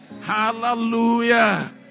Hallelujah